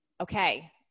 okay